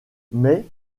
mais